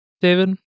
David